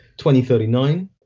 2039